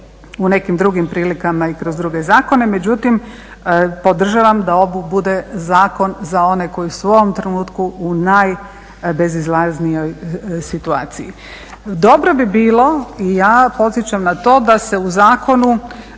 u nekim drugim prilikama i kroz druge zakone. Međutim podržavam da ovo bude zakon za one koji su u ovom trenutku u najbezizlaznijoj situaciju. Dobro bi bilo i ja podsjećam na to da su se u zakonu